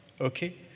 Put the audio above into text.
Okay